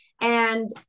and-